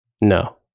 no